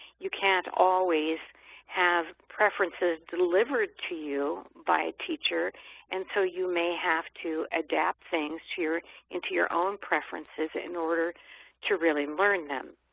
you can't always have preferences delivered to you by a teacher and so you may have to adapt things into your own preferences in order to really learn them.